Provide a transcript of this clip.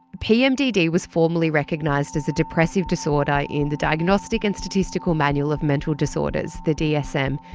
pmdd was formally recognised as a depressive disorder in the diagnostic and statistical manual of mental disorders, the dsm,